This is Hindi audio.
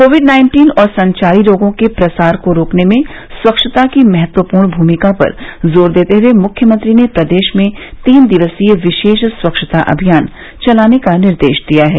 कोविड नाइन्टीन और संचारी रोगों के प्रसार को रोकने में स्वच्छता की महत्वपूर्ण भूमिका पर जोर देते हुए मुख्यमंत्री ने प्रदेश में तीन दिवसीय विशेष स्वच्छता अभियान चलाने का निर्देश दिया है